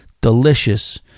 delicious